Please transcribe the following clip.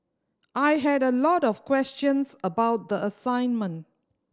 I had a lot of questions about the assignment